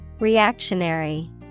Reactionary